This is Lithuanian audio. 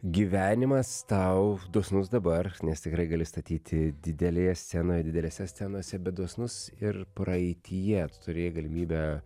gyvenimas tau dosnus dabar nes tikrai gali statyti didelėje scenoje didelėse scenose bet dosnus ir praeityje tu turėjai galimybę